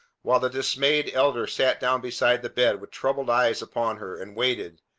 while the dismayed elder sat down beside the bed, with troubled eyes upon her, and waited,